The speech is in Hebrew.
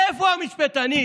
איפה המשפטנים?